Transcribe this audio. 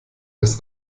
des